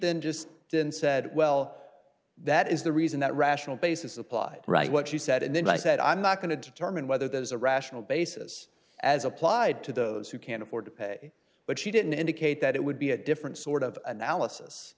then just didn't said well that is the reason that rational basis applied right what she said and then i said i'm not going to determine whether there's a rational basis as applied to those who can't afford to pay but she didn't indicate that it would be a different sort of analysis